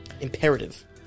imperative